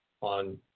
on